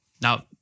Now